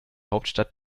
hauptstadt